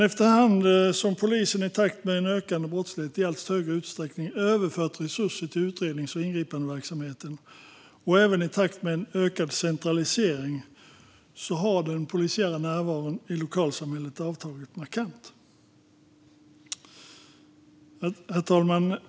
Efter hand som polisen i takt med en ökande brottslighet i allt högre utsträckning överfört resurser till utrednings och ingripandeverksamhet och även i takt med en ökad centralisering har den polisiära närvaron i lokalsamhället avtagit markant.